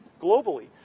globally